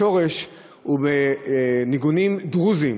השורש הוא בניגונים דרוזיים.